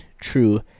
true